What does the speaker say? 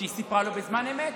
שהיא סיפרה לו בזמן אמת,